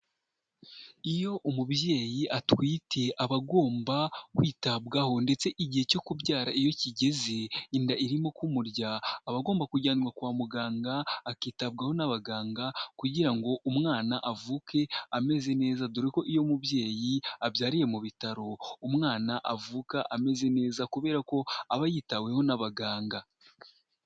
Iyo umubyeyi atwite aba agomba kwitabwaho ndetse igihe cyo kubyara iyo kigeze inda irimo kumurya aba agomba kujyanwa kwa muganga, akitabwaho n'abaganga kugira ngo umwana avuke ameze neza, dore ko iyo umubyeyi abyariye mu bitaro umwana avuka ameze neza kubera ko aba yitaweho n'abaganga.